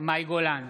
מאי גולן,